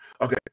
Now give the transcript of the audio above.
okay